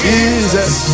Jesus